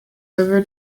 over